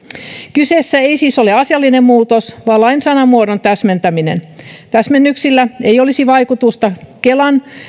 kyseessä ei siis ole asiallinen muutos vaan lain sanamuodon täsmentäminen täsmennyksillä ei olisi vaikutusta kelan